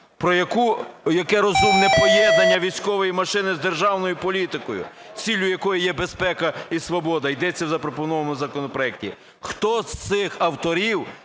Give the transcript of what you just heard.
Про яке розумне поєднання військової машини з державною політикою, ціллю якої є безпека і свобода, ідеться в запропонованому законопроекті? Хто з цих авторів